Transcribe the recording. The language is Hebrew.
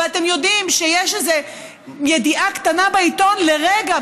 ואתם יודעים שיש איזו ידיעה קטנה בעיתון לרגע,